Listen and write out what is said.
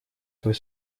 свой